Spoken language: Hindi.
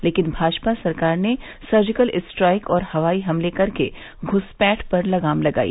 लेकिन भाजपा सरकार ने सर्जिकल स्ट्राइक और हवाई हमले कर के घुसपैठ पर लगाम लगाई